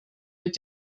mit